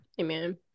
Amen